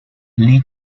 lee